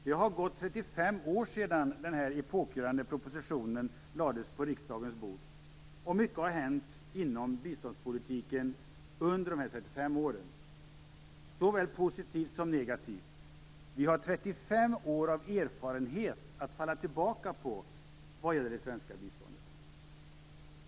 Det har gått 35 år sedan denna epokgörande proposition lades på riksdagens bord. Mycket har hänt inom biståndspolitiken under dessa 35 år, såväl positivt som negativt. Vi har 35 år av erfarenhet att falla tillbaka på vad gäller det svenska biståndet.